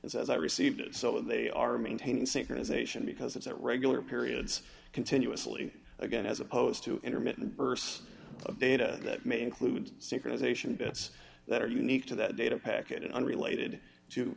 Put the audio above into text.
as i received it so they are maintaining synchronization because it's at regular periods continuously again as opposed to intermittent bursts of data that may include synchronization bits that are unique to that data packet unrelated to